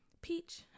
Peach